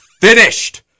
finished